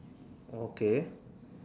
okay